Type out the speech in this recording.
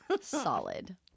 Solid